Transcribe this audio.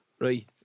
Right